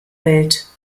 welt